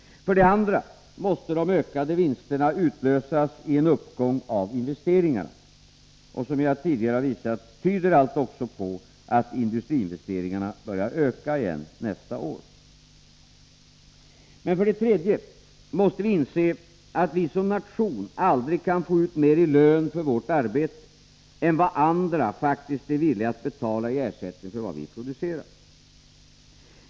För det andra måste de ökade vinsterna utlösas i en uppgång av investeringarna. Som jag tidigare har visat tyder allt också på att industriinvesteringarna börjar öka igen nästa år. Men för det tredje måste vi inse att vi som nation aldrig kan få ut mer i lön för vårt arbete än vad andra faktiskt är villiga att betala i ersättning för vad vi producerar.